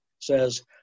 says